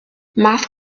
math